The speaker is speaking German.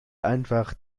einfach